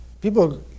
people